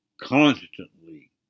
constantly